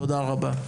תודה רבה.